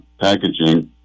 packaging